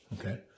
okay